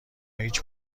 هیچ